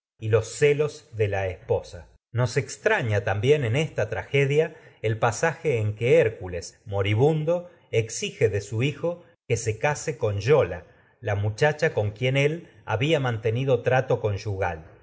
y los celos de la esposa en nos en extraña también esta tragedia el pasaje exige que se hércules con moribundo de su hijo que case yola la trato muchacha y con quien él no había ha mantenido dado conyugal